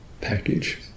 package